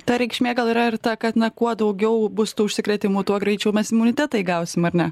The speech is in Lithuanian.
ta reikšmė gal yra ir ta kad na kuo daugiau bus tų užsikrėtimų tuo greičiau mes imunitetą įgausim ar ne